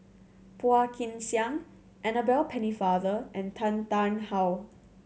Phua Kin Siang Annabel Pennefather and Tan Tarn How